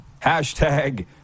Hashtag